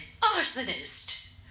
arsonist